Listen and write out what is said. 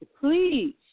please